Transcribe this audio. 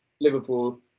Liverpool